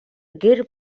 гэр